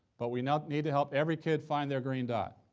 but we know need to help every kid find their green dot,